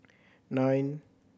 nine